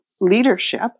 leadership